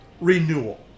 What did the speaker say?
renewal